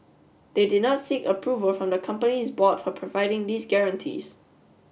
they did not seek approval from the company's board for providing these guarantees